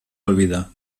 olvida